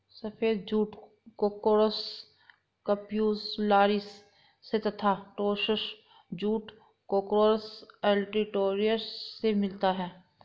सफ़ेद jute corchorus capsularis से तथा टोस्सा जूट कोर्कोरस ओलिटोरियस से मिलता है